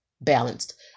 balanced